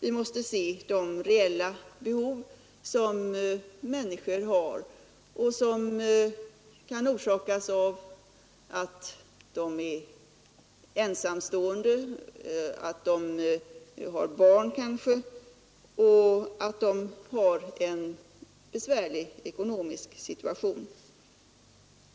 Vi måste se de reella behov som människor har och som kan orsakas av att de är ensamstående, att de har barn och att de har en besvärlig ekonomisk situation.